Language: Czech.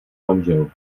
manžel